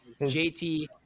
JT